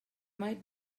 might